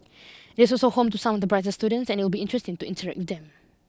it is also home to some of the brightest students and it would be interesting to interact with them